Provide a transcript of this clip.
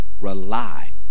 rely